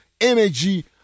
energy